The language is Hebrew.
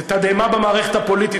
זה תדהמה במערכת הפוליטית,